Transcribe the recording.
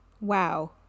Wow